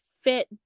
fit